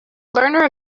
learner